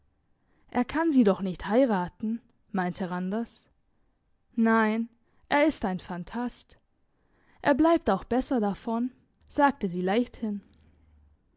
er kann sie doch nicht heiraten meinte randers nein er ist ein phantast er bleibt auch besser davon sagte sie leichthin